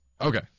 Okay